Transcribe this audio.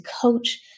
coach